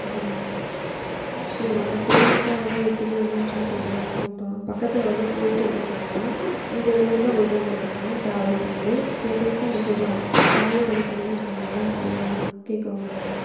ஆமாங்க அப்புறம் இந்த பேமெண்ட்டு அதெல்லாம் எப்படி என்னன்னு சொல்லி கேட்க தாங்க கூப்பிட்டோம் பக்கத்தில் வந்து போயிட்டு வந்திருக்காங்கண்ணா உங்கள் இதுலேந்து தான் போயிட்டு வந்துருக்காங்க ட்ராவல்ஸ்லேருந்து கேட்டதுக்கு நீங்கள் கொஞ்சம் கம்மியாக பண்ணி தரீங்கனு சொன்னாங்க அதனால தான் கேட்குறோங்க என்னன்னு